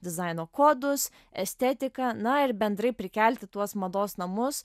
dizaino kodus estetiką na ir bendrai prikelti tuos mados namus